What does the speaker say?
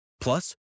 Plus